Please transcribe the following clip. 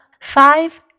five